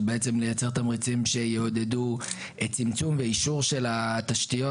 של בעצם לייצר תמריצים שיעודדו צמצום ואישור של התשתיות,